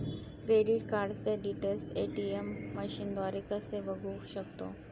Credit कार्डचे details ATM मशीनद्वारे कसे बघू शकतो?